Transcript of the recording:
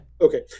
Okay